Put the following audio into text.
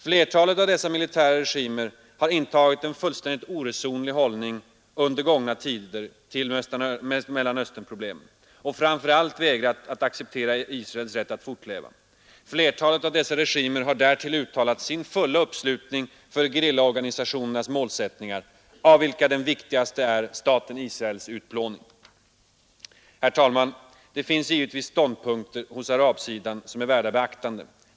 Flertalet av dessa militära regimer har intagit en fullständigt oresonlig hållning under gångna tider till Mellanösterproblemen — och framför allt vägrat att acceptera Israels rätt att fortleva. Flertalet av dessa regimer har därtill uttalat sin fulla uppslutning för gerillaorganisationernas målsättningar, av vilka den viktigaste är staten Israels utplåning. Herr talman! Det finns givetvis ståndpunkter hos arabsidan som är värda beaktande.